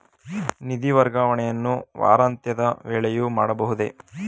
ನಿಧಿ ವರ್ಗಾವಣೆಯನ್ನು ವಾರಾಂತ್ಯದ ವೇಳೆಯೂ ಮಾಡಬಹುದೇ?